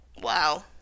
wow